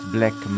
Black